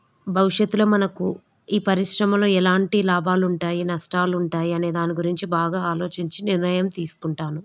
భవిష్యత్తులో మనకు ఈ పరిశ్రమలో ఎలాంటి లాభాలు ఉంటాయి నష్టాలు ఉంటాయి అనే దాని గురించి బాగా ఆలోచించి నిర్ణయం తీసుకుంటాను